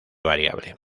variable